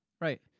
Right